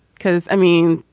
cause i mean,